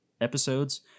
episodes